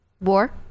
war